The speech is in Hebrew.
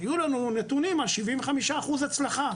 היו לנו נתונים על כ-75% הצלחה.